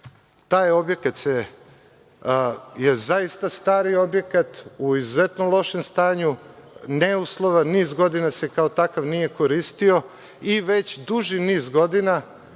Taj objekat je zaista stari objekat, u izuzetno lošem stanju, neuslovan, niz godina se kao takav nije koristio i već duži niz godina